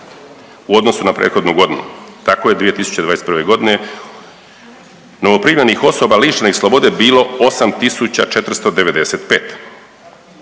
u odnosu na prethodnu godinu. Tako je 2021. godine novoprimljenih osoba lišenih slobode bilo 8495.